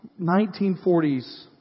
1940s